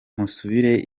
musubire